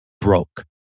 broke